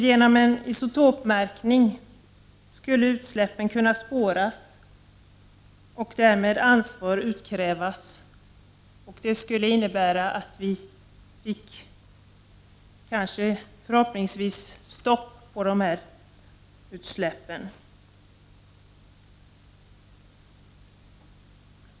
Genom en isotopmärkning skulle utsläppen kunna spåras och därmed ansvar utkrävas. Det kunde förhoppningsvis innebära att vi fick stopp på de här utsläppen.